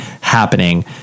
happening